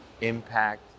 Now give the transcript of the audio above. impact